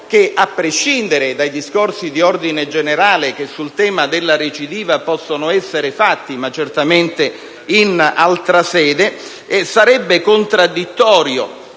che, a prescindere dai discorsi di ordine generale che sul tema della recidiva possono essere fatti - ma certamente in altra sede -, sarebbe contraddittorio